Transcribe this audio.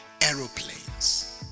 aeroplanes